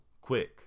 quick